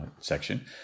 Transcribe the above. section